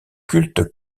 culte